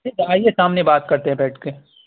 آئیے سامنے بات کرتے ہیں بیٹھ کے